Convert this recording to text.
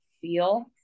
feel